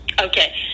okay